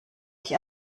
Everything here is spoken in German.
ich